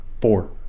Four